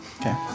okay